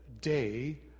day